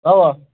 اَوا